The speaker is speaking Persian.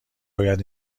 باید